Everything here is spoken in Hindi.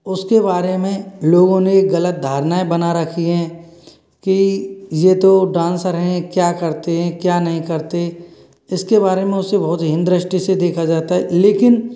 उसके बारे में लोगों ने गलत धारणाएँ बना रखी हैं कि यह तो डांन्सर हैं क्या करते हैं क्या नहीं करते इसके बारे में उसे बहुत हीन दृष्टि से देखा जाता है लेकिन